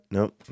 Nope